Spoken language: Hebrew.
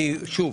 שוב,